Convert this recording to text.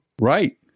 Right